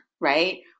Right